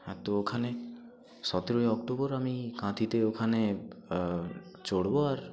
হ্যাঁ তো ওখানে সতেরোই অক্টোবর আমি কাঁথিতে ওখানে চড়ব আর